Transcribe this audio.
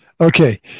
Okay